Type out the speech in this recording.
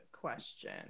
question